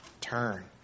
turn